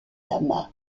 lama